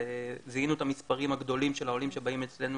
זיהינו את המספרים הגדולים של העולים שבאים אצלנו